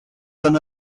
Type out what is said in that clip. són